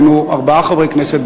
היינו ארבעה חברי כנסת,